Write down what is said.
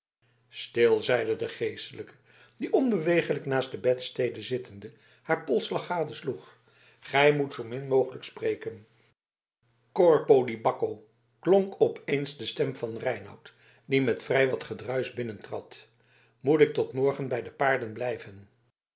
stil zeide de geestelijke die onbeweeglijk naast de bedstede zittende haar polsslag gadesloeg gij moet zoo min mogelijk spreken corpo di bacco klonk op eens de stem van reinout die met vrij wat gedruis binnentrad moet ik tot morgen bij de paarden blijven